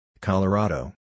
Colorado